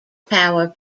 power